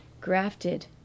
grafted